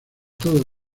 todo